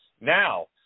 Now